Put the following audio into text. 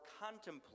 contemplate